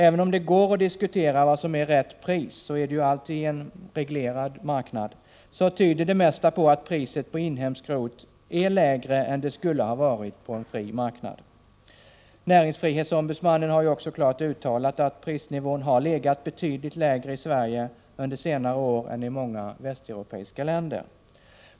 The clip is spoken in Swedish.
Även om det går att diskutera vad som är rätt pris — så är det ju alltid i en reglerad marknad —- tyder det mesta på att priset på inhemskt skrot är lägre än det skulle ha varit på en fri marknad. Näringsfrihetsombudsmannen har också klart uttalat att prisnivån har legat betydligt lägre i Sverige under senare år än i många västeuropeiska länder.